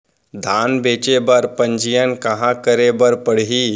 धान बेचे बर पंजीयन कहाँ करे बर पड़ही?